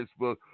Facebook